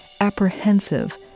apprehensive